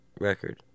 record